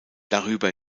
darüber